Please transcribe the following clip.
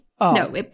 No